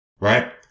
Right